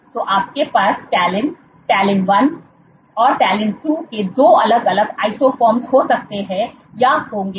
तो आपके पास तालिन तालिन 1 और तालिन 2 के 2 अलग अलग आइसोफॉर्म हो सकते हैं या होंगे